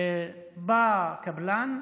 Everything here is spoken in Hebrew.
שבא קבלן,